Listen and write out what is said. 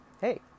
hey